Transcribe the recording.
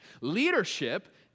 Leadership